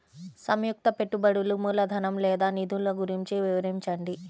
సంయుక్త పెట్టుబడులు మూలధనం లేదా నిధులు గురించి వివరించండి?